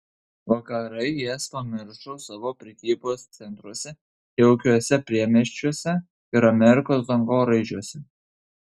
vakarai jas pamiršo savo prekybos centruose jaukiuose priemiesčiuose ir amerikos dangoraižiuose